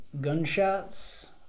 Gunshots